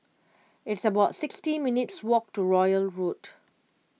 it's about sixty minutes' walk to Royal Road